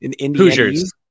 Hoosiers